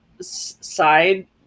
side